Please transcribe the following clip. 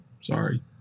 Sorry